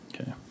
okay